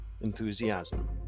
enthusiasm